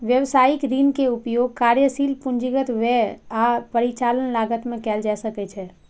व्यवसायिक ऋण के उपयोग कार्यशील पूंजीगत व्यय आ परिचालन लागत मे कैल जा सकैछ